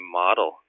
model